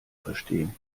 verstehen